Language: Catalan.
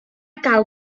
cal